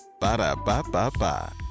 Ba-da-ba-ba-ba